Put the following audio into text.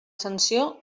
sanció